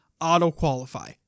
auto-qualify